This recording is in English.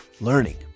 Learning